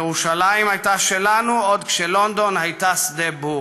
ירושלים הייתה שלנו עוד כשלונדון הייתה שדה בור.